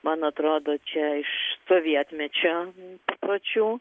man atrodo čia iš sovietmečio papročių